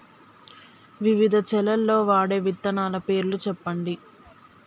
వివిధ చేలల్ల వాడే విత్తనాల పేర్లు చెప్పండి?